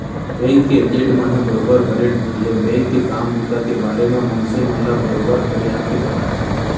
bank के agent मन ह बरोबर बने ढंग ले बेंक के काम बूता के बारे म मनसे मन ल बरोबर फरियाके बताथे